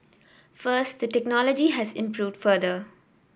first the technology has improved further